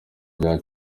rya